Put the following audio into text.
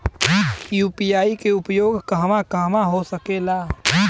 UPI के उपयोग कहवा कहवा हो सकेला?